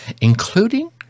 including